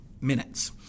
Minutes